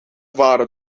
waren